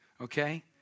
okay